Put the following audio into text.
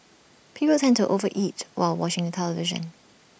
people tend to over eat while watching the television